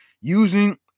using